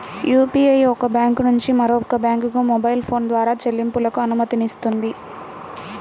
UPI ఒక bank నుంచి మరొక బ్యాంకుకు మొబైల్ ఫోన్ ద్వారా చెల్లింపులకు అనుమతినిస్తుంది